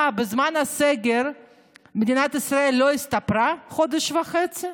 מה, בזמן הסגר מדינת ישראל לא הסתפרה חודש וחצי?